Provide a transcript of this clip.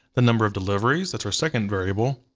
the number of deliveries, that's our second variable.